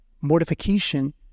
mortification